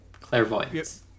Clairvoyance